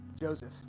Joseph